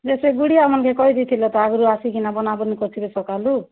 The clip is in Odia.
ଯେ ସେ ଗୁଡ଼ିଆ ମାନ୍କେ କହିଦେଇଥିଲେ ତ ଆଗରୁ ଆସିକିନା ବନାବନି କରିଥିବେ ସକାଲୁ